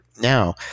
now